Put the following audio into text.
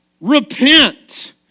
Repent